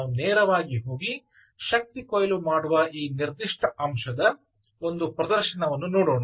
ನಾವು ನೇರವಾಗಿ ಹೋಗಿ ಶಕ್ತಿ ಕೊಯ್ಲು ಮಾಡುವ ಈ ನಿರ್ದಿಷ್ಟ ಅಂಶದ ಒಂದು ಪ್ರದರ್ಶನವನ್ನು ನೋಡೋಣ